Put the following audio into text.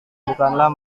bukanlah